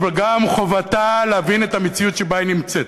אבל גם חובתה להבין את המציאות שבה היא נמצאת.